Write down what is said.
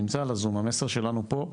המסר שלנו פה,